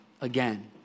again